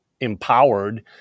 empowered